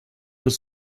bis